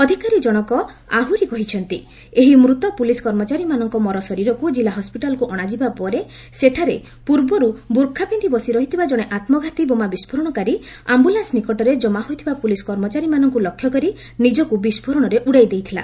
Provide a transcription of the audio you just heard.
ଅଧିକାରୀ ଜଣକ ଆହୁରି କହିଛନ୍ତି ଏହି ମୃତ ପୁଲିସ୍ କର୍ମଚାରୀମାନଙ୍କ ମରଶରୀରକୁ ଜିଲ୍ଲା ହସ୍ୱିଟାଲ୍କୁ ଅଣାଯିବା ପରେ ସେଠାରେ ପୂର୍ବର୍ ବୂର୍ଖା ପିନ୍ଧି ବସି ରହିଥିବା ଜଣେ ଆତ୍ମଘାତୀ ବୋମା ବିଷ୍କୋରଣକାରୀ ଆମ୍ବଲାନୁ ନିକଟରେ କମା ହୋଇଥିବା ପ୍ରଲିସ୍ କର୍ମଚାରୀମାନଙ୍କୁ ଲକ୍ଷ୍ୟ କରି ନିଜକ୍ତ ବିସ୍ଫୋରଶରେ ଉଡ଼ାଇ ଦେଇଥିଲା